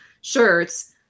shirts